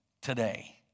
today